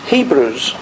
Hebrews